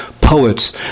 poets